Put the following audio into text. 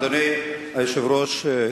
אדוני היושב ראש,